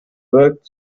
wirkt